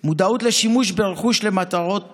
מודעות לשימוש ברכוש למטרות טרור.